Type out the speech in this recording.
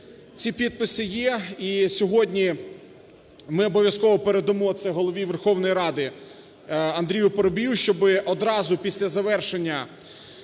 Ці підписи є, і сьогодні ми обов'язково передамо це Голові Верховної Ради Андрію Парубію, щоб одразу після завершення